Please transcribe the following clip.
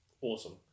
Awesome